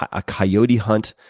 a coyote hunt,